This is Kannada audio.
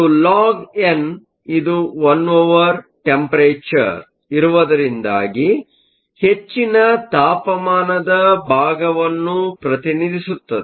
ಇದು ಲಾಗ್ ಎನ್ logಇದು 1 ಒವರ್ ಟೆಂಪರೆಚರ್ ಇರುವದರಿಂದಾಗಿ ಹೆಚ್ಚಿನ ತಾಪಮಾನದ ಭಾಗವನ್ನು ಪ್ರತಿನಿಧಿಸುತ್ತದೆ